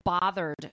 bothered